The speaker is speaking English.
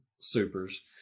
supers